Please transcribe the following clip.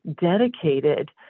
dedicated